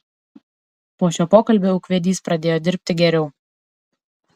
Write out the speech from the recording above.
po šio pokalbio ūkvedys pradėjo dirbti geriau